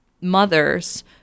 mothers